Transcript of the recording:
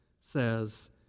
says